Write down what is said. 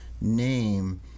name